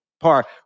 par